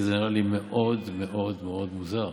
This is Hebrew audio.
כי זה נראה לי מאוד מאוד מאוד מוזר,